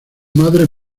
madres